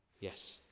Yes